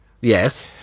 Yes